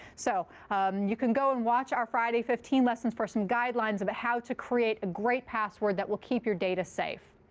so you can go and watch our friday fifteen lessons for some guidelines about how to create a great password that will keep your data safe.